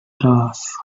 glass